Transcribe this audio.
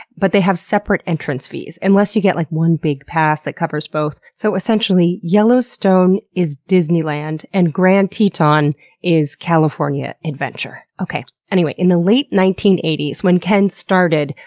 but they have separate entrance fees, unless you get, like, one big pass that covers both. so essentially, yellowstone is disneyland and grand teton is california adventure. anyway, in the late nineteen eighty s when ken started,